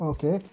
Okay